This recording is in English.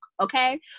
Okay